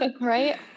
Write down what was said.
Right